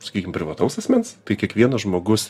sakykim privataus asmens tai kiekvienas žmogus